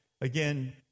again